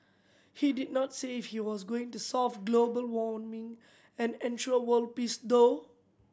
he did not say if he was going to solve global warming and ensure world peace though